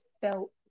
felt